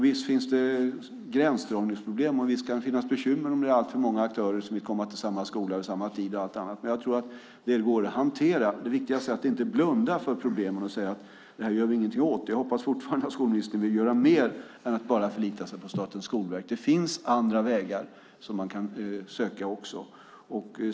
Visst finns det gränsdragningsproblem och visst kan det finnas bekymmer om det är alltför många aktörer som vill komma till samma skola och vid samma tid, men jag tror att det går att hantera. Det viktigaste är att inte blunda för problemen och säga att det här gör vi ingenting åt. Jag hoppas fortfarande att skolministern vill göra mer än att bara förlita sig på Statens skolverk. Det finns andra vägar som man kan söka.